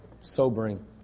Sobering